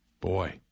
Boy